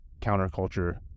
counterculture